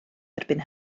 erbyn